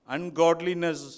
Ungodliness